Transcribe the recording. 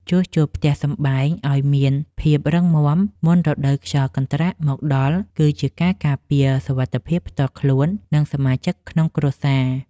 ជួសជុលផ្ទះសម្បែងឱ្យមានភាពរឹងមាំមុនរដូវខ្យល់កន្ត្រាក់មកដល់គឺជាការការពារសុវត្ថិភាពផ្ទាល់ខ្លួន និង សមាជិកក្នុងគ្រួសារ។